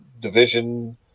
division